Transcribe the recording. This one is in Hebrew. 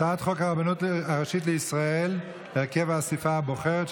הצעת חוק הרבנות הראשית לישראל (הרכב האספה הבוחרת),